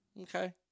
Okay